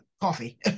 coffee